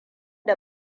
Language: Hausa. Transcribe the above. da